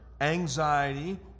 anxiety